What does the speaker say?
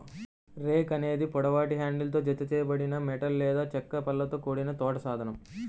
rake అనేది పొడవాటి హ్యాండిల్తో జతచేయబడిన మెటల్ లేదా చెక్క పళ్ళతో కూడిన తోట సాధనం